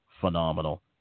phenomenal